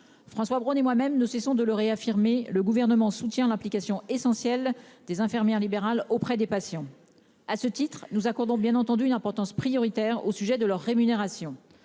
François Braun et moi-même ne cessons de le réaffirmer le gouvernement soutient l'application essentielle des infirmières libérales auprès des patients. À ce titre, nous accordons bien entendu une importance prioritaire au sujet de leur rémunération.